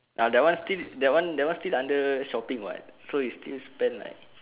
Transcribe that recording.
uh that one still that one that one still under shopping [what] so you still spend like